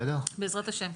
בעזרת השם,